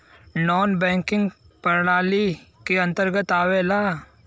नानॅ banking प्रणाली के अंतर्गत आवेला